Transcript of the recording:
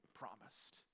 promised